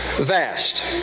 vast